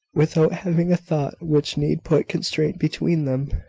without having a thought which need put constraint between them!